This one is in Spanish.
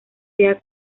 sea